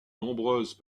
nombreuses